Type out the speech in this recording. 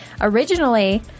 originally